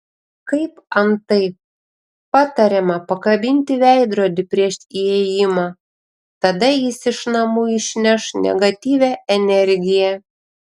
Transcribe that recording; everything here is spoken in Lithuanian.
kaip antai patariama pakabinti veidrodį prieš įėjimą tada jis iš namų išneš negatyvią energiją